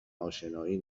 اشنایی